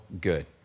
good